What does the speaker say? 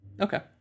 Okay